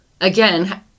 again